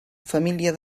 família